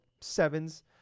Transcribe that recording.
sevens